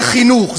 זה חינוך,